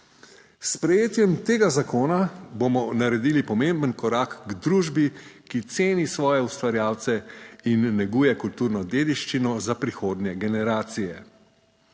S sprejetjem tega zakona bomo naredili pomemben korak k družbi, ki ceni svoje ustvarjalce in neguje kulturno dediščino za prihodnje generacije.